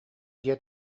дьиэ